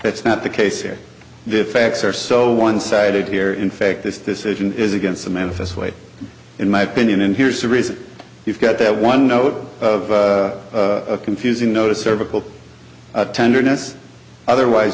that's not the case here defects are so one sided here in fact this decision is against the memphis way in my opinion and here's the reason you got that one note of confusing notice cervical tenderness otherwise